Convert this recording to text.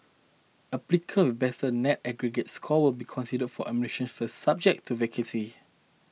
applicants better net aggregate scores will be considered for admission first subject to vacancies